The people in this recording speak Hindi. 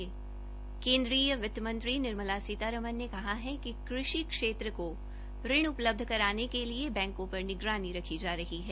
केन्द्रीय वित्त मंत्री निर्मला सीतारमन ने कहा है कि कृषि क्षेत्र को ऋण उपलब्ध कराने केलिए बैंकों पर निगरानी रखी जा रही है